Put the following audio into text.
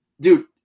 Dude